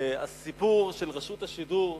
הסיפור של רשות השידור,